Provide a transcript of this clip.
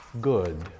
good